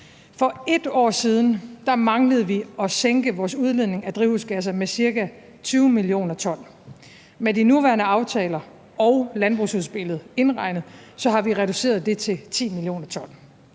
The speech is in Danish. For et år siden manglede vi at sænke vores udledning af drivhusgasser med ca. 20 mio. t, og med de nuværende aftaler og landbrugsudspillet indregnet har vi reduceret det til 10 mio. t.